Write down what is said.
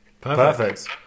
Perfect